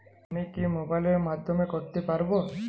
আমি কি মোবাইলের মাধ্যমে করতে পারব?